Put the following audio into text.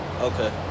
Okay